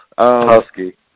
Husky